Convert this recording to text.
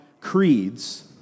creeds